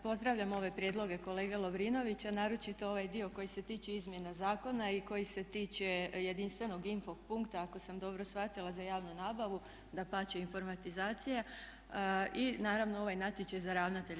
Pozdravljam ove prijedloge kolege Lovrinovića, naročito ovaj dio koji se tiče izmjena zakona i koji se tiče jedinstvenog info punkta ako sam dobro shvatila za javnu nabavu, dapače informatizacija i naravno ovaj natječaj za ravnatelja.